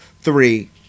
three